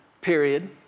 period